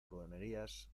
truhanerías